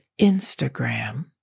Instagram